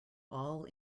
all